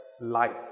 life